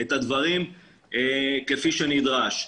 את הדברים כפי שנדרש.